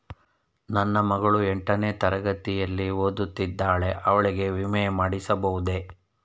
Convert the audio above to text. ನನ್ನ ಮಗಳು ಎಂಟನೇ ತರಗತಿಯಲ್ಲಿ ಓದುತ್ತಿದ್ದಾಳೆ ಅವಳಿಗೆ ವಿಮೆ ಮಾಡಿಸಬಹುದೇ?